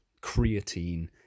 creatine